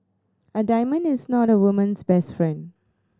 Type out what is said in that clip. a diamond is not a woman's best friend